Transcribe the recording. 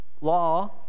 law